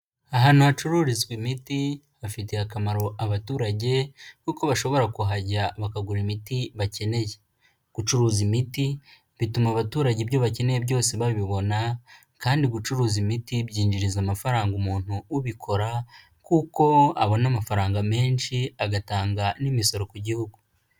Ahantu hacururizwa imiti hafitiye akamaro abaturage kuko bashobora kuhajya bakagura imiti bakeneye. Gucuruza imiti bituma abaturage ibyo bakeneye byose babibona kandi gucuruza imiti byinjiriza amafaranga umuntu ubikora kuko abona amafaranga menshi agatanga n'imisoro ku gihugu.